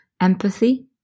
empathy